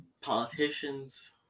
politicians